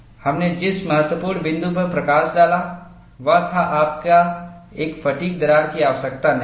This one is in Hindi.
हमने जिस महत्वपूर्ण बिंदु पर प्रकाश डाला वह था आपको एक फ़ैटिग् दरार की आवश्यकता नहीं है